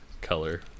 color